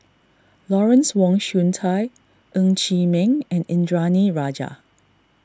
Lawrence Wong Shyun Tsai Ng Chee Meng and Indranee Rajah